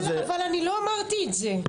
אבל אני לא אמרתי את זה.